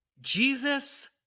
Jesus